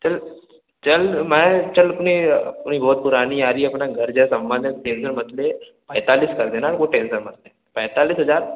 चल चल मैं चल अपनी अपनी बहुत पुरानी यारी है अपना घर जैसा संबंध है टेंशन मत ले पैंतालीस कर देना वो टेंशन मत ले पैंतालीस हजार